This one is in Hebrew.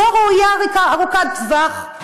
זו ראייה ארוכת טווח,